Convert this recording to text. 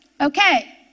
Okay